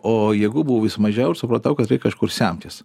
o jėgų buvo vis mažiau ir supratau kad reik kažkur semtis